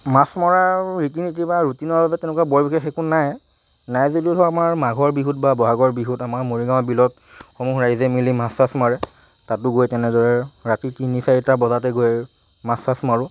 মাছ মৰা ৰীতি নীতি বা ৰুটিনৰ বাবে তেনেকুৱা বৰ বিশেষ একো নাই নাই যদিও ধৰ আমাৰ মাঘৰ বিহুত বা ব'হাগৰ বিহুত আমাৰ মৰিগাঁৱৰ বিলত সমূহ ৰাইজে মিলি মাছ চাছ মাৰে তাতো গৈ তেনেদৰে ৰাতি তিনি চাৰিটা বজাতে গৈ মাছ চাছ মাৰোঁ